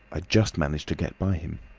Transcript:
ah just managed to get by him.